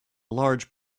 large